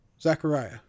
Zachariah